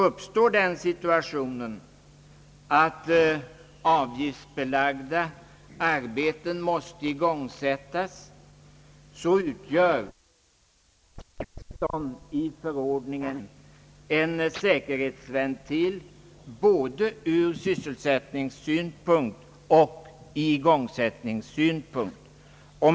Uppstår den situationen att avgiftsbelagda arbeten måste igångsättas, så utgör § 16 i förordningen en säkerhetsventil både ur sysselsättningssynpunkt och ur igångsättningssynpunkt.